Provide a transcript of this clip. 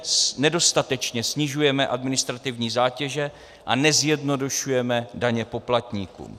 Že nedostatečně snižujeme administrativní zátěže a nezjednodušujeme daně poplatníkům.